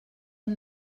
ond